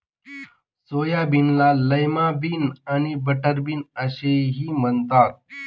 सोयाबीनला lima bean आणि butter bean असेही म्हणतात